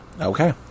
Okay